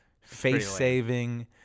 face-saving